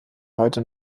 heute